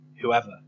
whoever